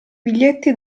biglietti